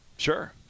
Sure